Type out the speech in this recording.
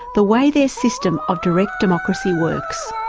the way their system of direct democracy works.